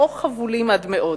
או חבולים עד מאוד.